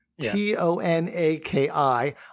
T-O-N-A-K-I